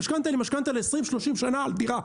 המשכנתה היא משכנתה ל-20-30 שנה על דירה.